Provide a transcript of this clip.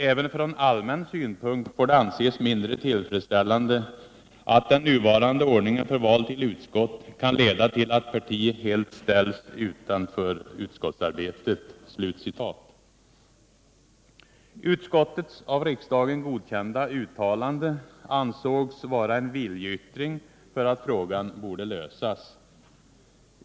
Även från allmän synpunkt får det anses mindre tillfredsställande att den nuvarande ordningen för val till utskott kan leda till att parti helt ställs utanför utskottsarbetet.” Utskottets av riksdagen godkända uttalande ansågs vara en viljeyttring för att frågan borde lösas.